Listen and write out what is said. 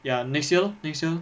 ya next year lor next year lor